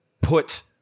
put